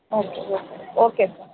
okay okay okay sir